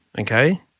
okay